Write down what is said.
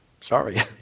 Sorry